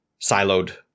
siloed